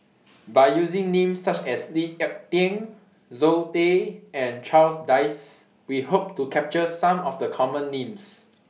By using Names such as Lee Ek Tieng Zoe Tay and Charles Dyce We Hope to capture Some of The Common Names